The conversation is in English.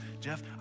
Jeff